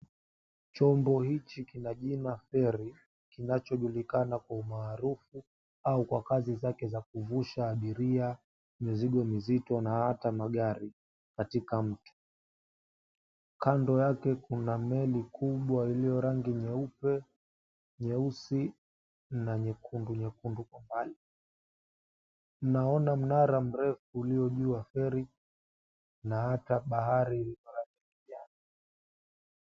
Chombo hichi kina jina feri kinachojulikana kwa umaarufu au kwa kazi zake za kuvusha abiria, mizigo mizito na hata magari katika mto. Kando yake kuna meli kubwa ilio rangi nyeupe, nyeusi, na nyekundu nyekundu kwa mbali. Naona mnara mrefu uliojuu ya feri na hata bahari likiwa limejaa.